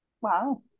Wow